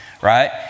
right